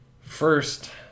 First